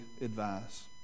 advice